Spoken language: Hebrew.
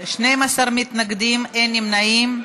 12 מתנגדים, אין נמנעים.